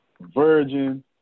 Virgin